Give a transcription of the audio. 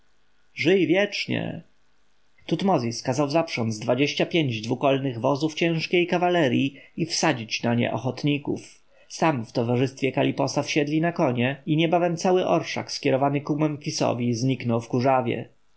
żyj wiecznie tutmozis kazał zaprząc dwadzieścia pięć dwukolnych wozów ciężkiej kawalerji i wsadzić na nie ochotników sam w towarzystwie kaliposa wsiedli na konie i niebawem cały orszak skierowany ku memfisowi zniknął w kurzawie